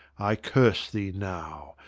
i curse thee now,